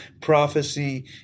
prophecy